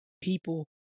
people